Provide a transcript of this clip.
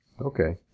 okay